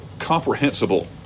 Comprehensible